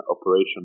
Operation